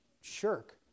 shirk